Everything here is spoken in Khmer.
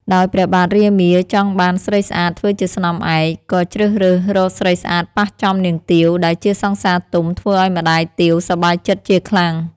ដោយព្រះបាទរាមាចង់បានស្រីស្អាតធ្វើជាស្នំឯក ក៏ជ្រើសរើសរកស្រីស្អាតប៉ះចំនាងទាវដែលជាសង្សារទុំធ្វើឲ្យម្តាយទាវសប្បាយចិត្តជាខ្លាំង។